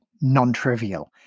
non-trivial